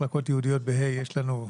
מחלקות יהודיות יש לנו,